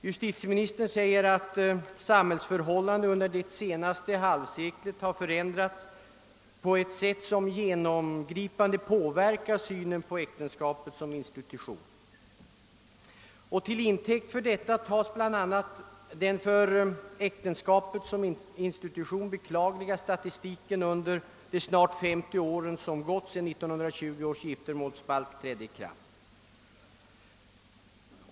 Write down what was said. Justitieministern säger att »samhällsförhållandena under det senaste halvseklet har förändrats på ett sätt som genomgripande påverkar synen på äktenskapet som institution». Till intäkt för detta tas bl.a. den för äktenskapet som institution beklagliga statistiken under de snart femtio år som gått sedan 1920 års giftermålsbalk trädde i kraft.